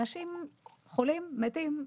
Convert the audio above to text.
אנשים חולים ומתים,